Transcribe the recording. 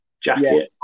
jacket